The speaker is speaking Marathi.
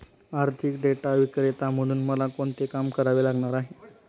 आर्थिक डेटा विक्रेता म्हणून मला कोणते काम करावे लागणार आहे?